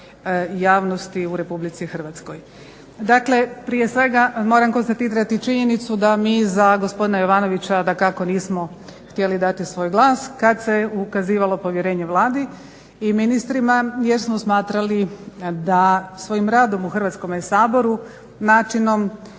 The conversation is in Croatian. javnosti u RH. Dakle, prije svega moram konstatirati činjenicu da mi za gospodina Jovanovića dakako nismo htjeli dati svoj glas kad se ukazivalo povjerenje Vladi i ministrima jer smo smatrali da svojim radom u Hrvatskome saboru, načinom,